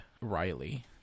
riley